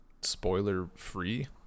spoiler-free